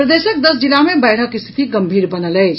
प्रदेशक दस जिला मे बाढ़ि स्थिति गम्भीर बनल अछि